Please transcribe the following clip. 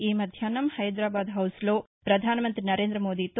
ఈ మధ్యాహ్నం హైదరాబాద్ హౌస్ లో ప్రధానమంత్రి నరేంద్రమోదీతో